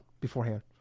beforehand